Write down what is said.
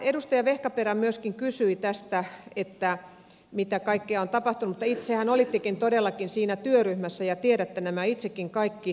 edustaja vehkaperä myöskin kysyi mitä kaikkea on tapahtunut mutta itsehän olittekin todellakin siinä työryhmässä ja tiedätte nämä itsekin kaikki